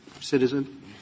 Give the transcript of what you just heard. citizen